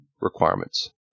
requirements